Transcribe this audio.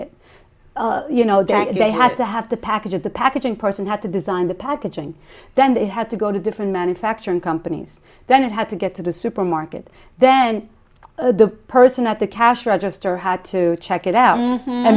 it you know that they had to have the packages the packaging person had to design the packaging then they had to go to different manufacturing companies then it had to get to the supermarket then the person at the cash register had to check it out